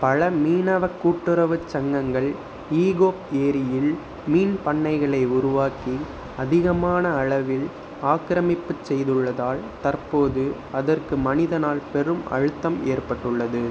பல மீனவக் கூட்டுறவு சங்கங்கள் இகோப் ஏரியில் மீன் பண்ணைகளை உருவாக்கி அதிகமான அளவில் ஆக்கிரமிப்பு செய்துள்ளதால் தற்போது அதற்கு மனிதனால் பெரும் அழுத்தம் ஏற்பட்டுள்ளது